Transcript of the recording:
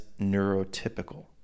neurotypical